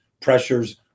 pressures